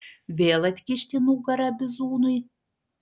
vėl atkišti nugarą bizūnui